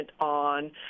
on